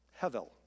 Hevel